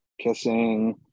kissing